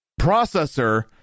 processor